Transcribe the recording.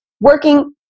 working